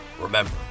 Remember